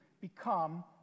become